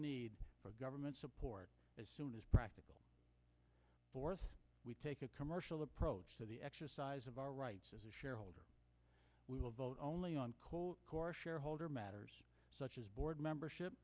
need for government support as soon as practical for us we take a commercial approach to the exercise of our rights as a shareholder we will vote only on core shareholder matters such as board membership